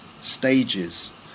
stages